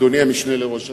אדוני המשנה לראש הממשלה,